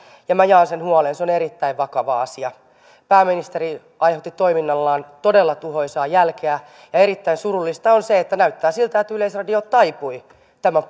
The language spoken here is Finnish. ja minä jaan sen huolen se on erittäin vakava asia pääministeri aiheutti toiminnallaan todella tuhoisaa jälkeä ja erittäin surullista on se että näyttää siltä että yleisradio taipui tämän